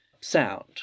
sound